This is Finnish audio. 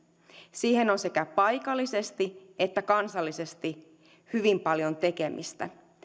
siinä on sekä paikallisesti että kansallisesti hyvin paljon tekemistä